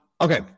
Okay